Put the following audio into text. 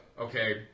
okay